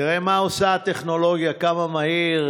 תראה מה עושה הטכנולוגיה, כמה מהיר: